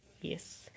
Yes